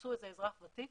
שחיפשו איזה אזרח ותיק